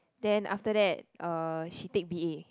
then after that uh she take b_a